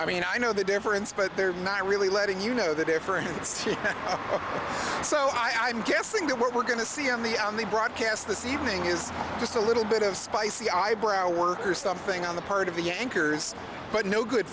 i mean i know the difference but they're not really letting you know the difference here so i'm guessing that what we're going to see on the on the broadcast this evening is just a little bit of spicy eyebrow work or something on the part of the anchors but no good